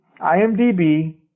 IMDb